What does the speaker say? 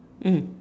mm